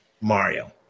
Mario